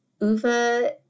Uva